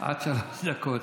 עד שלוש דקות.